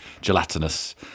gelatinous